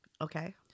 Okay